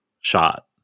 shot